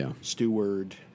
steward